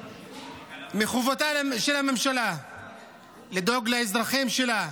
מחובותיה של הממשלה לדאוג לאזרחים שלה,